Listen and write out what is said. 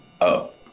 up